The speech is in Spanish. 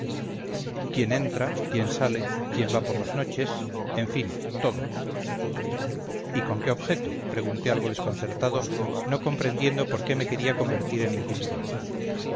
quién entra quién sale quién va por las noches en fin todo y con qué objeto pregunté algo desconcertado no comprendiendo por qué me quería convertir en inquisidor